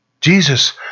Jesus